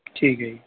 ਠੀਕ ਹੈ ਜੀ